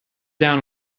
down